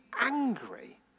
angry